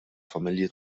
familji